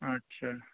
आच्छा